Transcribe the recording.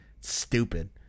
stupid